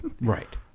Right